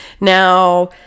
Now